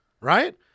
Right